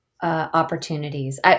opportunities